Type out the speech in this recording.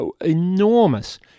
enormous